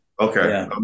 Okay